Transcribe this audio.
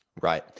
Right